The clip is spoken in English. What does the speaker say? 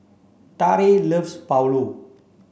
Trae loves Pulao